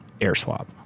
AirSwap